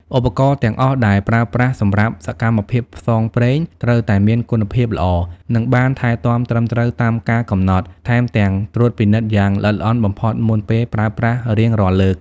ឧបករណ៍ទាំងអស់ដែលប្រើប្រាស់សម្រាប់សកម្មភាពផ្សងព្រេង ត្រូវតែមានគុណភាពល្អ និងបានថែទាំត្រឹមត្រូវតាមកាលកំណត់ ថែមទាំងត្រួតពិនិត្យយ៉ាងល្អិតល្អន់បំផុតមុនពេលប្រើប្រាស់រៀងរាល់លើក។